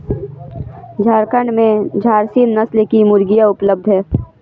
झारखण्ड में झारसीम नस्ल की मुर्गियाँ उपलब्ध है